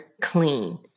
clean